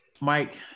mike